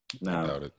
No